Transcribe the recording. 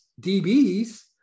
DBs